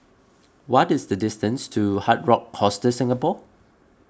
what is the distance to Hard Rock Hostel Singapore